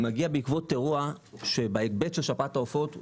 מגיע בעקבות אירוע שבהיבט של שפעת העופות,